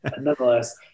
nonetheless